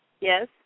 Yes